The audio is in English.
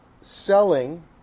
selling